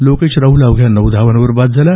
लोकेश राहल अवघ्या नऊ धावांवर बाद झाला